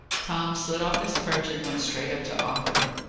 tom slid off his perch and went straight up to arthur.